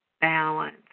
balance